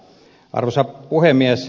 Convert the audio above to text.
arvoisa puhemies